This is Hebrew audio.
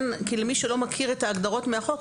כי למי שלא מכיר את ההגדרות מהחוק,